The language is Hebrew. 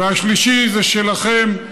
השלישי זה שלכם.